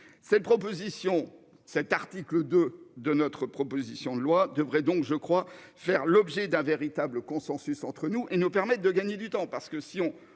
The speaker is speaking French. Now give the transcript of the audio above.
Cette propositions cet article de de notre proposition de loi devrait donc, je crois, faire l'objet d'un véritable consensus entre nous et nous permettent de gagner du temps parce que si on